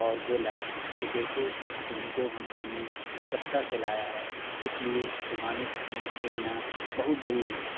اور بولا کہ دیکھو تم کو ہم میں نے کلکتہ سے لایا ہے اس لیے تمہاری تمہیں کھیلنا بہت ضروری ہے